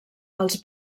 als